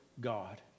God